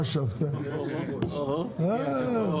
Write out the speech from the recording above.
14) (תאגידים אזוריים ומינוי נושאי משרה בתאגידי מים וביוב)